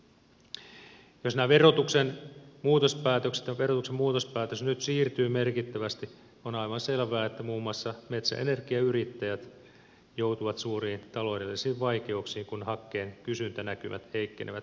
jos tämä verotuksen muutospäätös nyt siirtyy merkittävästi on aivan selvää että muun muassa metsäenergiayrittäjät joutuvat suuriin taloudellisiin vaikeuksiin kun hakkeen kysyntänäkymät heikkenevät epämääräiseksi ajaksi